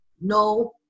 No